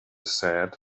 said